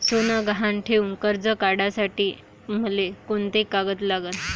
सोनं गहान ठेऊन कर्ज काढासाठी मले कोंते कागद लागन?